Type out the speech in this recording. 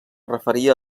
referia